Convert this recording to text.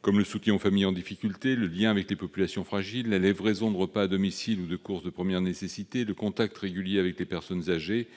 comme le soutien aux familles en difficulté, le lien avec les populations fragiles, la livraison de repas à domicile ou de courses de produits de première nécessité, le contact régulier avec les personnes âgées